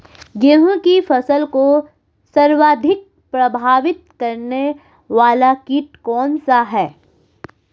गेहूँ की फसल को सर्वाधिक प्रभावित करने वाला कीट कौनसा है?